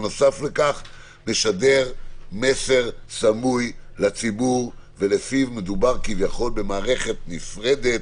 ובנוסף לכך משדר מסר סמוי לציבור ולפיו מדובר כביכול במערכת נפרדת